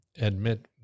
admit